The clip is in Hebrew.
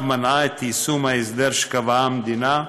יישום ההסדר שקבעה המדינה,